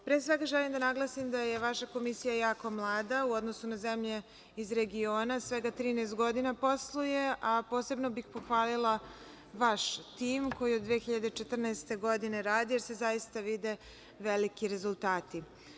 svega želim da naglasim da je vaša Komisija jako mlada u odnosu na zemlje iz regiona i ona svega 13 godina posluje, a posebno bih pohvalila vaš tim koji od 2014. godine radi, jer se zaista vidi veliki rezultat.